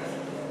רגע,